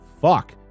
Fuck